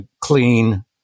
clean